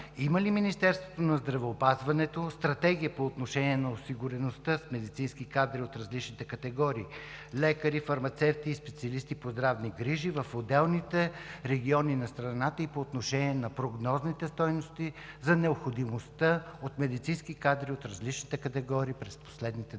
има ли Министерството на здравеопазването стратегия по отношение на осигуреността с медицински кадри от различни категории – лекари, фармацевти и специалисти по здравни грижи, в отделните региони на страната и по отношение на прогнозните стойности за необходимостта от медицински кадри от различните категории през последните 10